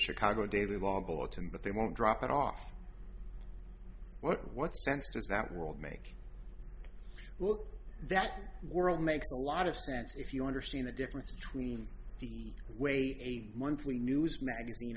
chicago daily log bulletin but they won't drop it off what what sense does that world make well that world makes a lot of sense if you understand the difference between the way monthly newsmagazine